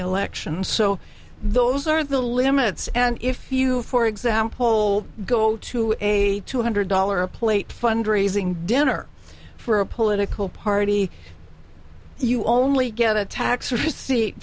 election so those are the limits and if you for example go to a two hundred dollar a plate fund raising dinner for a political party you only get a tax receipt